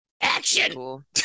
Action